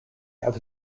have